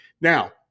Now